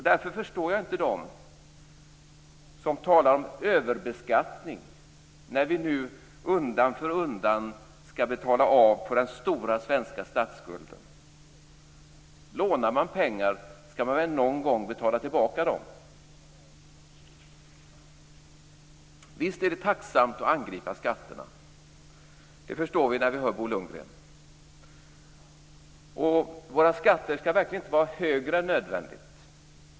Därför förstår jag inte dem som talar om överbeskattning, när vi nu undan för undan skall betala av på den stora svenska statsskulden. Lånar man pengar, skall man väl någon gång betala tillbaka dem! Visst är det tacksamt att angripa skatterna. Det förstår vi när vi hör Bo Lundgren. Våra skatter skall verkligen inte vara högre än nödvändigt.